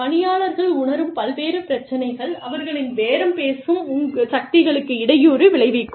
பணியாளர்கள் உணரும் பல்வேறு பிரச்சினைகள் அவர்களின் பேரம் பேசும் சக்திகளுக்கு இடையூறு விளைவிக்கும்